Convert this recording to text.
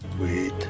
Wait